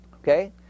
Okay